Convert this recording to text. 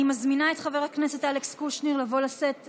אני מזמינה את חבר הכנסת אלכס קושניר לבוא להציג את החוק.